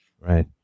Right